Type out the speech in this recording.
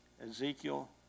Ezekiel